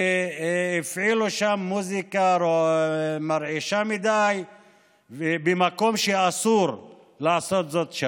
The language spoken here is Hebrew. שהפעילו שם מוזיקה מרעישה מדי במקום שאסור לעשות זאת.